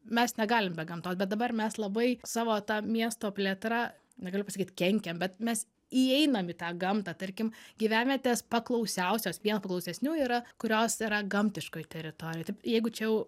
mes negalim be gamtos bet dabar mes labai savo ta miesto plėtra negaliu pasakyt kenkiam bet mes įeinam į tą gamtą tarkim gyvenvietės paklausiausios vien paklausesnių yra kurios yra gamtiškoj teritorijoj taip jeigu čia jau